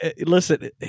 listen